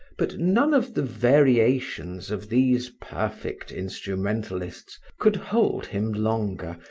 but none of the variations of these perfect instrumentalists could hold him longer,